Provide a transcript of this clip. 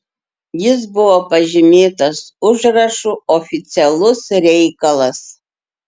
jis buvo pažymėtas užrašu oficialus reikalas